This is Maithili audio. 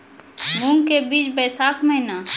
मूंग के बीज बैशाख महीना